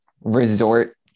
resort